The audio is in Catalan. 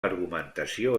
argumentació